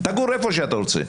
תגור איפה שאתה רוצה.